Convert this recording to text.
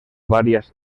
varias